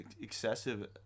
excessive